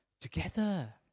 together